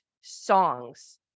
songs